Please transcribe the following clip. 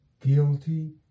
guilty